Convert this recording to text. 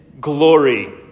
glory